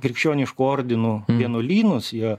krikščioniškų ordinų vienuolynus jo